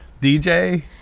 DJ